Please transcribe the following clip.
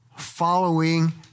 following